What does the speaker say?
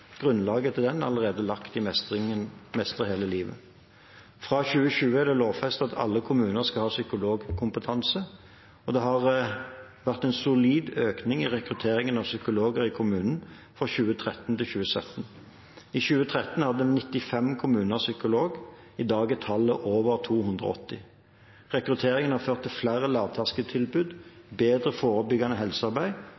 Grunnlaget til den er allerede lagt i Mestre hele livet. Fra 2020 er det lovfestet at alle kommuner skal ha psykologkompetanse. Det har vært en solid økning i rekrutteringen av psykologer i kommunene fra 2013 til 2017. I 2013 hadde 95 kommuner psykolog. I dag er tallet over 280. Rekrutteringen har ført til flere